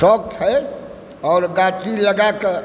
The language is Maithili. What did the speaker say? शौक छै आओर गाछी लगाए कऽ